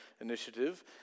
initiative